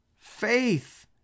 faith